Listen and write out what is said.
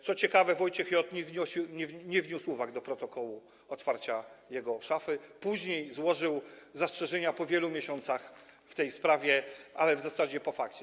Co ciekawe, Wojciech J. nie wniósł uwag do protokołu otwarcia jego szafy, później złożył zastrzeżenia po wielu miesiącach w tej sprawie, ale w zasadzie po fakcie.